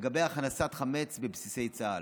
לגבי הכנסת חמץ לבסיסי צה"ל.